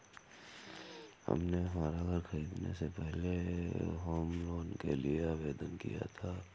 हमने हमारा घर खरीदने से पहले होम लोन के लिए आवेदन किया था